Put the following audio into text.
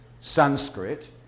Sanskrit